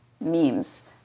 memes